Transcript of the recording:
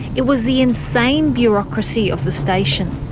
it was the insane bureaucracy of the station.